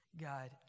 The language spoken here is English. God